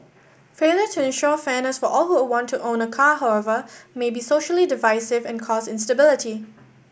failure to ensure fairness for all who want to own a car however may be socially divisive and cause instability